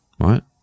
right